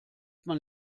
man